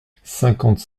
cinquante